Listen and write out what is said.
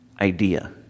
idea